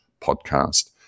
podcast